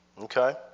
Okay